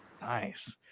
nice